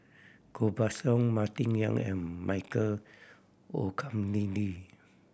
Koh Buck Song Martin Yan and Michael Olcomendy